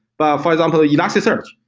but for example yeah elasticsearch.